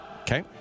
Okay